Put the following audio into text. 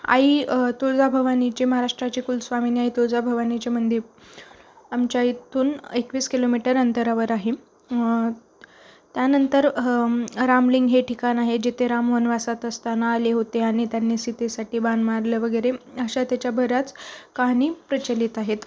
आई तुळजा भवानीचे महाराष्ट्राचे कुलस्वामीनी आई तुळजा भवानीचे मंदिर आमच्या इथून एकवीस किलोमीटर अंतरावर आहे त्यानंतर रामलिंग हे ठिकाण आहे जिथे राम वनवासात असताना आले होते आणि त्यांनी सीतेसाठी बाण मारलं वगैरे अशा त्याच्या बऱ्याच कहानी प्रचलित आहेत